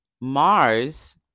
Mars